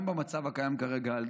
גם במצב הקיים כרגע,